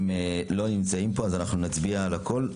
הם לא נמצאים כאן ולכן נצביע על הכול.